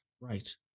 Right